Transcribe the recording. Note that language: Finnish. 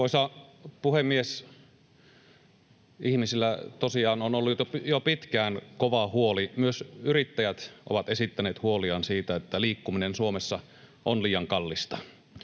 Arvoisa puhemies! Ihmisillä tosiaan on ollut jo pitkään kova huoli. Myös yrittäjät ovat esittäneet huoliaan siitä, että liikkuminen Suomessa on liian kallista.